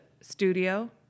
studio